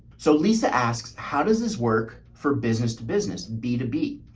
so lisa asks, how does this work for business to business b to b?